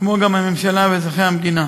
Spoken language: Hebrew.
כמו גם הממשלה ואזרחי המדינה.